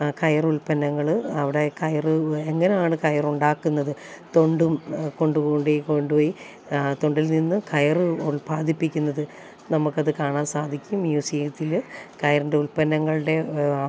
കയർ ഉല്പന്നങ്ങൾ അവിടെ കയർ എങ്ങനെയാണ് കയറുണ്ടാക്കുന്നത് തൊണ്ടും കൊണ്ട് കൂടി കൊണ്ടുപോയി തൊണ്ടിൽ നിന്ന് കയർ ഉൽപ്പാദിപ്പിക്കുന്നത് നമുക്കത് കാണാൻ സാധിക്കും മ്യൂസിയത്തിൽ കയറിൻ്റെ ഉൽപ്പന്നങ്ങളുടെ